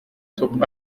top